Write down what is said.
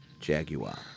Jaguar